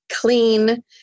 clean